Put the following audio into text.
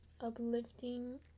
uplifting